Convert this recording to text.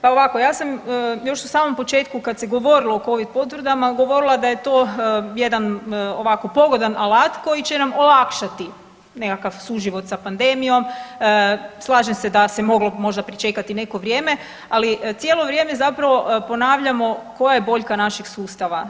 Pa ovako, ja sam još u samom početku kad se govorilo o Covid potvrdama govorila da je to jedan ovako pogodan alat koji će nam olakšati nekakav suživot sa pandemijom, slažem se da se moglo možda pričekati neko vrijeme, ali cijelo vrijeme zapravo ponavljamo koje je boljka našeg sustava?